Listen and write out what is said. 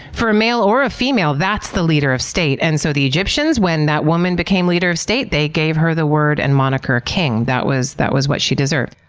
for a male or a female, that's the leader of state. and so the egyptians, when that woman became leader of state, they gave her the word and moniker king that was that was what she deserved.